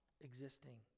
existing